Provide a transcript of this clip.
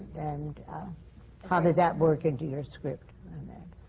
and how did that work into your script on that?